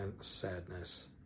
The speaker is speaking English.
sadness